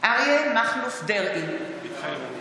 אריה מכלוף דרעי, מתחייב אני